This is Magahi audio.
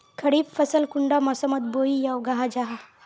खरीफ फसल कुंडा मोसमोत बोई या उगाहा जाहा?